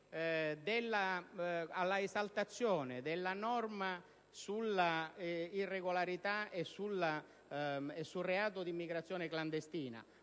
all'esaltazione della norma sull'irregolarità o sul reato di immigrazione clandestina